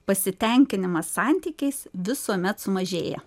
pasitenkinimas santykiais visuomet sumažėja